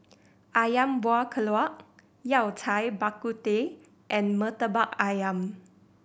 Ayam Kuah keluak Yao Cai Bak Kut Teh and Murtabak Ayam